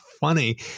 funny